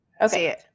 Okay